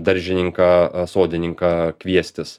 daržininką sodininką kviestis